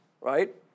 right